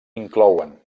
inclouen